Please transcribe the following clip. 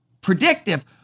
predictive